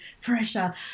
Pressure